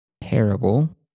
terrible